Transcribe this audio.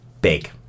Big